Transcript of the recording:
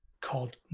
called